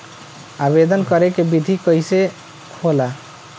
आवेदन करे के विधि कइसे होला?